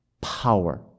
power